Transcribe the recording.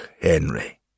Henry